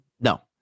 No